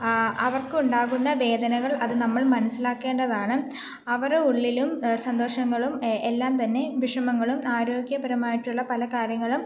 അവർക്കുണ്ടാകുന്ന വേദനകൾ അതു നമ്മൾ മനസ്സിലാക്കേണ്ടതാണ് അവരെ ഉള്ളിലും സന്തോഷങ്ങളും എല്ലാം തന്നെ വിഷമങ്ങളും ആരോഗ്യപരമായിട്ടുള്ള പല കാര്യങ്ങളും